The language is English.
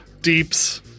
Deeps